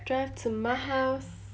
drive to my house